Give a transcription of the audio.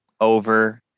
over